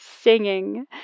singing